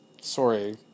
Sorry